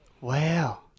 Wow